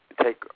take